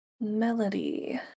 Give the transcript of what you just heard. Melody